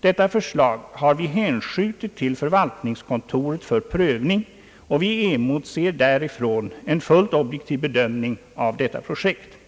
Detta förslag har vi hänskjutit till förvaltningskontoret för prövning, och vi emotser därifrån en fullt objektiv bedömning av detta projekt.